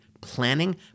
planning